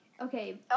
Okay